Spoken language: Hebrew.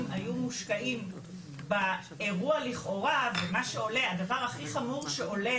היו מושקעים באירוע לכאורה ומה שעולה הדבר הכי חמור שעולה,